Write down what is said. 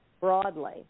broadly